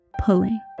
pulling